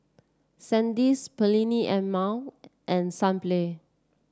Sandisk Perllini and Mel and Sunplay